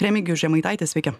remigijus žemaitaitis sveiki